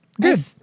Good